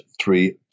three